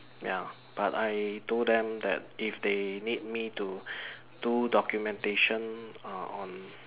ya but I told them that if they need me to do documentation uh on